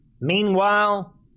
Meanwhile